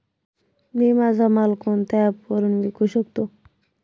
मी माझा माल कोणत्या ॲप वरुन विकू शकतो?